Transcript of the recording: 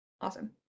awesome